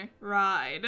ride